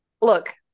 look